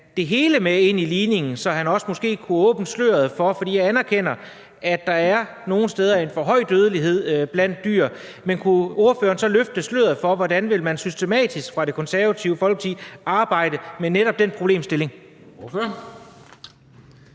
det hele med ind i ligningen, for jeg anerkender, at der nogle steder er en for høj dødelighed blandt dyr. Så kan ordføreren løfte sløret for, hvordan man systematisk fra Det Konservative Folkepartis side vil arbejde med netop den problemstilling?